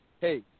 hey